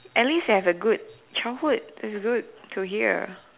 at least you had a good childhood its good to hear